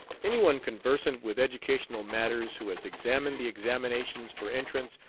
any one conversant with educational matters who has examined the examinations for entrance,